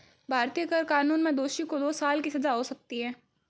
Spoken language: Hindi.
भारतीय कर कानून में दोषी को दो साल की सजा हो सकती है